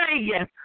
yes